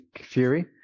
Fury